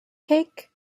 take